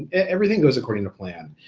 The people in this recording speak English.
everything goes according to plan.